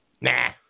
Nah